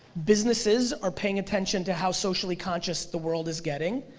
businesses are paying attention to how socially conscious the world is getting,